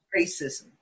racism